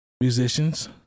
musicians